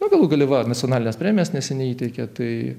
na galų gale nacionalines premijas neseniai įteikė tai